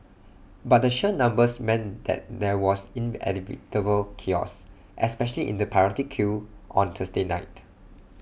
but the sheer numbers meant that there was inevitable chaos especially in the priority queue on Thursday night